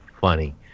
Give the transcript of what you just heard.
funny